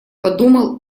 подумал